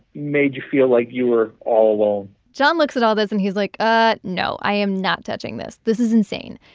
you feel like you were all alone john looks at all this and he's like, ah no, i am not touching this. this is insane.